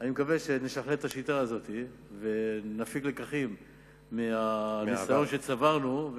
אני מקווה שנשכלל את השיטה הזאת ונפיק לקחים מהניסיון שצברנו,